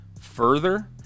further